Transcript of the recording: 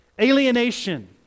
alienation